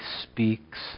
speaks